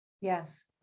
yes